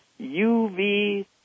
UV